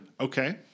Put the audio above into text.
Okay